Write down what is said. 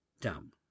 dumb